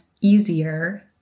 easier